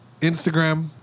Instagram